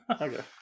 okay